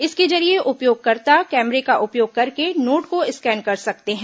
इसके जरिए उपयोगकर्ता कैमरे का उपयोग करके नोट को स्कैन कर सकते हैं